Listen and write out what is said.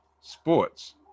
sports